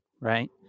Right